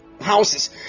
houses